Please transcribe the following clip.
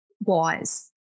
wise